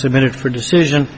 submitted for decision